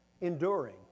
enduring